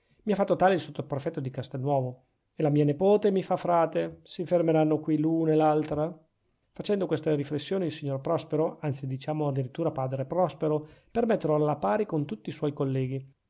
mi ha fatto tale il sottoprefetto di castelnuovo e la mia nepote mi fa frate si fermeranno qui l'uno e l'altra facendo queste riflessioni il signor prospero anzi diciamo a dirittura padre prospero per metterlo alla pari con tutti i suoi colleghi